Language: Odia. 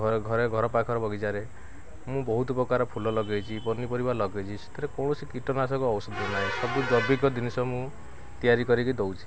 ଘରେ ଘରେ ଘର ପାଖର ବଗିଚାରେ ମୁଁ ବହୁତ ପ୍ରକାର ଫୁଲ ଲଗାଇଛି ପନିପରିବା ଲଗାଇଛି ସେଥିରେ କୌଣସି କୀଟନାଶକ ଔଷଧ ନାହିଁ ସବୁ ଜୈବିକ ଜିନିଷ ମୁଁ ତିଆରି କରିକି ଦେଉଛି